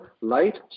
light